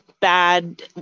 bad